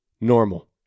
normal